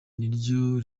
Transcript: niryo